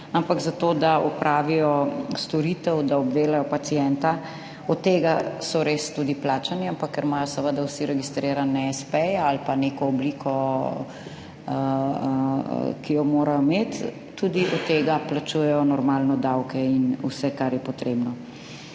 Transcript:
ampak zato, da opravijo storitev, da obdelajo pacienta. Od tega so res tudi plačani, ampak ker imajo seveda vsi registrirane espeje ali pa neko obliko, ki jo morajo imeti, tudi od tega plačujejo normalno davke in vse kar je potrebno.